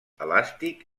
elàstic